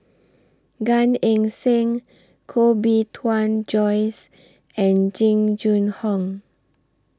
Gan Eng Seng Koh Bee Tuan Joyce and Jing Jun Hong